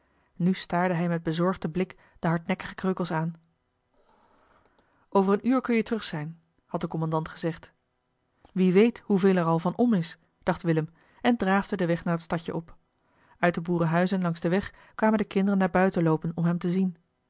nu staarde hij met bezorgden blik de hardnekkige kreukels aan over een uur kun je terug zijn had de kommandant gezegd wie weet hoeveel er al van om is dacht willem en draafde den weg naar het stadje op uit de boerenhuizen langs den weg kwamen de kinderen naar buiten loopen om hem te zien